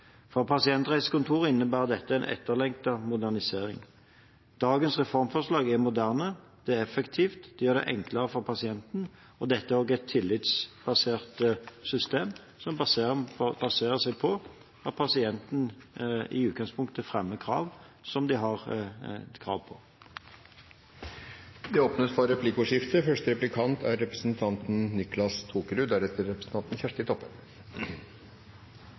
For pasientreisekontorene innebærer dette en etterlengtet modernisering. Dagens reformforslag er moderne, det er effektivt, og det gjør det enklere for pasienten. Dette er også et tillitsbasert system, som baserer seg på at pasientene i utgangspunktet fremmer krav om det de har rett til. Det blir replikkordskifte.